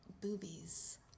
boobies